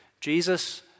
Jesus